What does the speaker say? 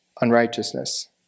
unrighteousness